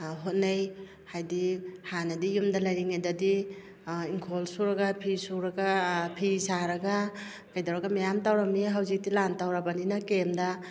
ꯍꯣꯠꯅꯩ ꯍꯥꯏꯗꯤ ꯍꯥꯟꯅꯗꯤ ꯌꯨꯝꯗ ꯂꯩꯔꯤꯉꯩꯗꯗꯤ ꯏꯪꯈꯣꯜ ꯁꯨꯔꯒ ꯐꯤ ꯁꯨꯔꯒ ꯐꯤ ꯁꯥꯔꯒ ꯀꯩꯗꯧꯔꯒ ꯃꯌꯥꯝ ꯇꯧꯔꯝꯃꯤ ꯍꯧꯖꯤꯛꯇꯤ ꯂꯥꯟ ꯇꯧꯔꯕꯅꯤꯅ ꯀꯦꯝꯗ